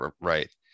Right